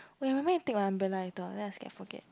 wait remind me take my umbrella later then I scared forget